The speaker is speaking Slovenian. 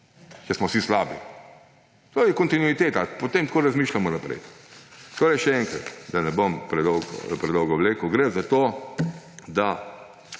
ker smo vsi slabi. To je kontinuiteta, potem tako razmišljamo naprej. Še enkrat, da ne bom predolgo vlekel. Gre za to, da